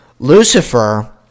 Lucifer